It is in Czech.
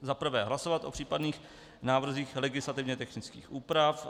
Zaprvé hlasovat o případných návrzích legislativně technických úprav.